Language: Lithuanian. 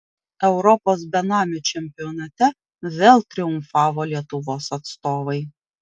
europos benamių čempionate vėl triumfavo lietuvos atstovai